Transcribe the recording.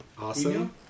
Awesome